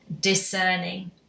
discerning